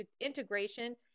Integration